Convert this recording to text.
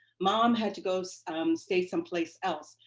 mom had to go so stay someplace else.